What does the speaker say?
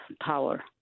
power